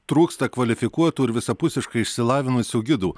trūksta kvalifikuotų ir visapusiškai išsilavinusių gidų